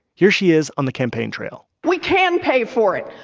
here she is on the campaign trail we can pay for it.